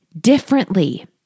differently